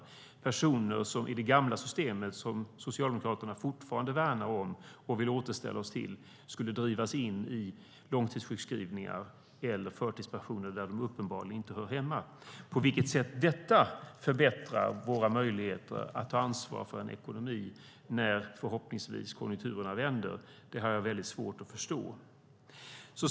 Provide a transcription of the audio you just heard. Det är personer som i det gamla systemet, som Socialdemokraterna fortfarande värnar om och vill återställa oss till, skulle drivas in i långtidssjukskrivningar eller förtidspensioner där de uppenbarligen inte hör hemma. På vilket sätt detta förbättrar våra möjligheter att ta ansvar för en ekonomi när konjunkturerna förhoppningsvis vänder har jag väldigt svårt att förstå.